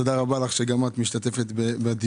תודה רבה לך שגם את משתתפת בדיון.